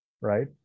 Right